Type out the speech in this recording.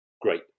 great